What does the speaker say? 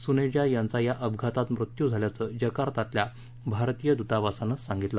सुनेजा यांचा या अपघातात मृत्यू झाल्याचं जकार्तातल्या भारतीय दूतावासानं सांगितलं